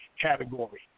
category